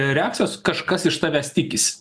reakcijos kažkas iš tavęs tikis